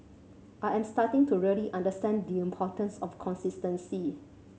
I am starting to really understand the importance of consistency